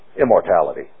Immortality